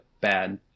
bad